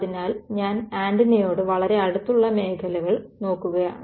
അതിനാൽ ഞാൻ ആന്റിനയോട് വളരെ അടുത്തുള്ള മേഖലകൾ നോക്കുകയാണ്